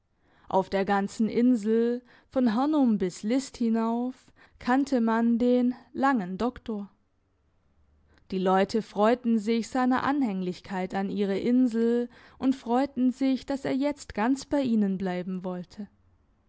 auf der ganzen insel von hörnum bis list hinauf kannte man den langen doktor die leute freuten sich seiner anhänglichkeit an ihre insel und freuten sich dass er jetzt ganz bei ihnen bleiben wollte